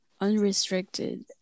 unrestricted